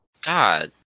God